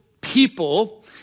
people